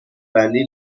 بندی